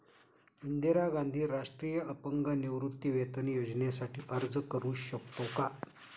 इंदिरा गांधी राष्ट्रीय अपंग निवृत्तीवेतन योजनेसाठी अर्ज करू शकतो का?